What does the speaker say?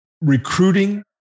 recruiting